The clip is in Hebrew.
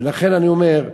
ולכן אני אומר,